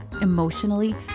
emotionally